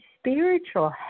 spiritual